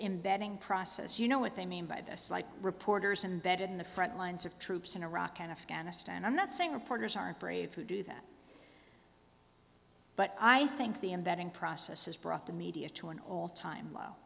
embedding process you know what they mean by this like reporters embedded in the front lines of troops in iraq and afghanistan i'm not saying reporters aren't brave to do that but i think the embedding process has brought the media to an all time low